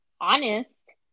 honest